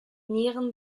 nieren